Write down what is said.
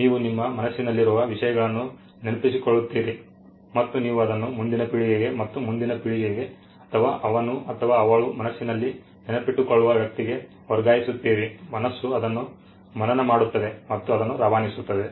ನೀವು ನಿಮ್ಮ ಮನಸ್ಸಿನಲ್ಲಿರುವ ವಿಷಯಗಳನ್ನು ನೆನಪಿಸಿಕೊಳ್ಳುತ್ತೀರಿ ಮತ್ತು ನೀವು ಅದನ್ನು ಮುಂದಿನ ಪೀಳಿಗೆಗೆ ಮತ್ತು ಮುಂದಿನ ಪೀಳಿಗೆಗೆ ಅಥವಾ ಅವನು ಅಥವಾ ಅವಳು ಮನಸ್ಸಿನಲ್ಲಿ ನೆನಪಿಟ್ಟುಕೊಳ್ಳುವ ವ್ಯಕ್ತಿಗೆ ವರ್ಗಾಯಿಸುತ್ತೀರಿ ಮನಸ್ಸು ಅದನ್ನು ಮನನ ಮಾಡುತ್ತದೆ ಮತ್ತು ಅದನ್ನು ರವಾನಿಸುತ್ತದೆ